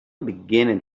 beginning